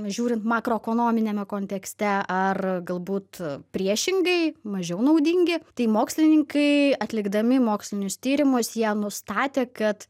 žiūrint makro ekonominiame kontekste ar galbūt priešingai mažiau naudingi tai mokslininkai atlikdami mokslinius tyrimus jie nustatė kad